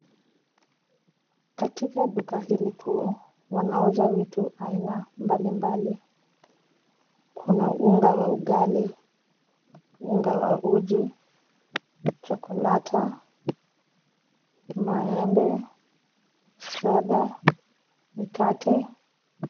Katika duka hili kuu wanauza vitu aina mbalimbali kuna unga wa ugali, unga wa uji, chokoleti, maembe, soda, mkate.